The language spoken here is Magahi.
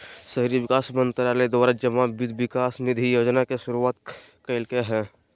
शहरी विकास मंत्रालय द्वारा जमा वित्त विकास निधि योजना के शुरुआत कल्कैय हइ